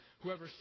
Whoever